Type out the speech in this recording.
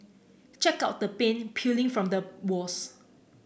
check out the paint peeling from the walls